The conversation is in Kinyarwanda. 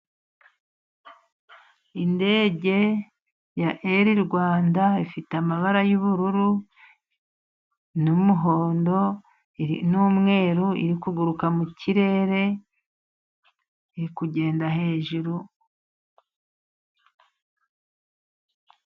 Indege ya eri Rwanda ifite amabara y'ubururu, n'umuhondo, n'umweru. Iri kuguruka mu kirere ikagenda hejuru.